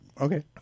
Okay